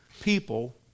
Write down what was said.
people